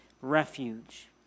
refuge